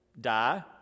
Die